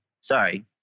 Sorry